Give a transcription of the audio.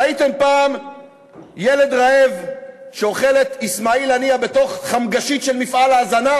ראיתם פעם ילד רעב שאוכל את אסמאעיל הנייה בתוך חמגשית של מפעל ההזנה?